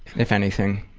if anything?